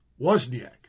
Wozniak